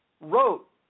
wrote